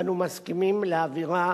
ואנו מסכימים להעבירה